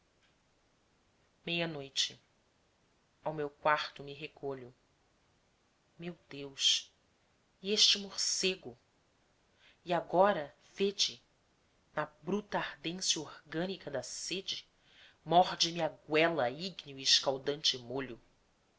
meia-noite ao meu quarto me recolho meu deus e este morcego e agora vede na bruta ardência orgânica dasede morde me a goela ígneo e escaldante molho